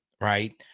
right